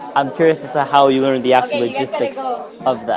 i'm curious as to how you learn the actual logistics of that.